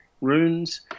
runes